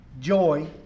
joy